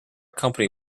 company